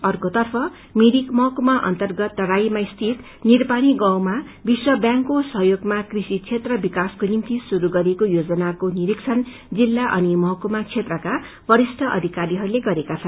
अर्कोतर्फ मिरिक महकुमा अर्न्तगत तराईमा स्थित निरपानी गाउँमा विश्व ब्यांकको सहयोगमा कृषि क्षेत्र विकासको निम्ति श्रुरू गरिएको योजनाको निरिक्षण जिल्ला अनि महकुमा क्षेत्रका वरिष्ठ अधिकारीहरूले गरेका छन्